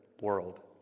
world